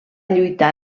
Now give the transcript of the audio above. lluitar